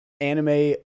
anime